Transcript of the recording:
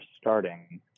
starting